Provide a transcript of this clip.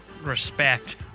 respect